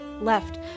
left